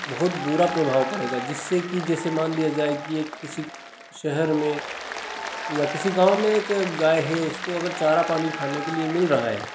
बहुत बुरा प्रभाव पड़ेगा जिससे कि जैसे मान लिया जाए कि एक किसी शहर में या किसी गाँव में एक गाय है उसको अगर चारा पानी खाने के लिए मिल रहा है